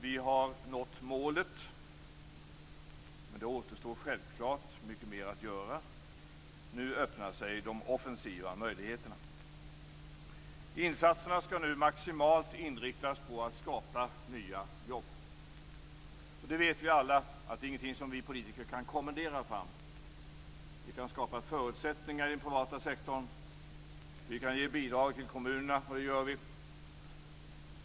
Vi har nått målet, men det återstår självklart mycket mer att göra. Nu öppnar sig de offensiva möjligheterna. För det första: Insatserna skall nu maximalt inriktas på att skapa nya jobb. Vi vet alla att detta inte är något som vi som politiker kan kommendera fram. Vi kan skapa förutsättningar i den privata sektorn. Vi kan ge bidrag till kommunerna, och det gör vi.